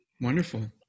Wonderful